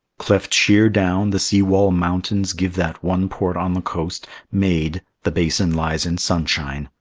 cleft sheer down, the sea-wall mountains give that one port on the coast made, the basin lies in sunshine!